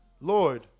Lord